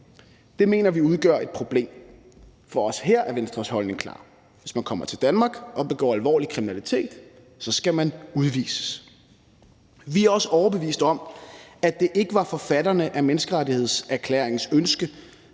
Det mener vi udgør et problem. For også her er Venstres holdning klar: Hvis man kommer til Danmark og begår alvorlig kriminalitet, skal man udvises. Vi er også overbevist om, at det ikke var forfatterne af menneskerettighedserklæringens ønske,